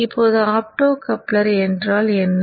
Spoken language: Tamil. இப்போது ஆப்டோகப்ளர் என்றால் என்ன